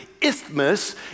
isthmus